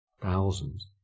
thousands